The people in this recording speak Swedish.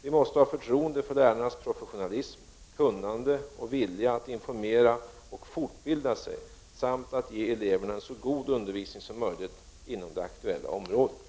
Vi måste ha förtroende för lärarnas professionalism, kunnande och vilja att informera och fortbilda sig samt att ge eleverna en så god undervisning som möjligt inom det aktuella området.